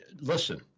listen